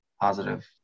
positive